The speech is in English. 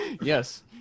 Yes